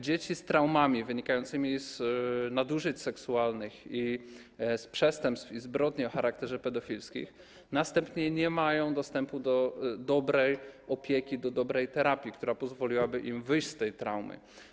Dzieci z traumami wynikającymi z nadużyć seksualnych, z przestępstw i ze zbrodni o charakterze pedofilskim następnie nie mają dostępu do dobrej opieki, do dobrej terapii, która pozwoliłaby im wyjść z tej traumy.